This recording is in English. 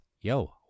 yo